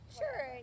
sure